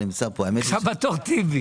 אבל אז התברר שהוא נמצא כאן בנושאים אחרים.